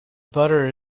butter